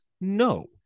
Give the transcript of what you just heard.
No